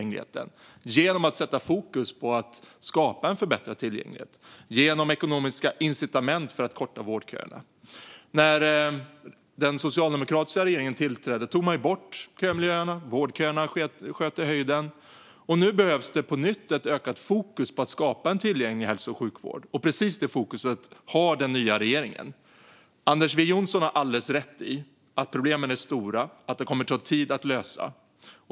Det gjorde vi genom att sätta fokus på arbetet med att skapa en förbättrad tillgänglighet och genom ekonomiska incitament för att korta vårdköerna. När den socialdemokratiska regeringen tillträdde tog man bort kömiljarderna. Vårdköerna sköt i höjden, och nu behövs på nytt ett ökat fokus på att skapa en tillgänglig hälso och sjukvård. Precis detta fokus har den nya regeringen. Anders W Jonsson har alldeles rätt i att problemen är stora och att detta kommer att ta tid att lösa.